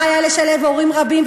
אפשר היה לשלב הורים רבים,